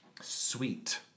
Sweet